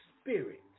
spirit